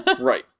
Right